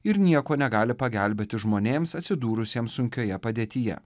ir nieko negali pagelbėti žmonėms atsidūrusiems sunkioje padėtyje